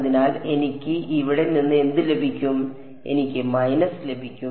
അതിനാൽ എനിക്ക് ഇവിടെ നിന്ന് എന്ത് ലഭിക്കും എനിക്ക് ഒരു മൈനസ് ലഭിക്കും